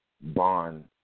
bond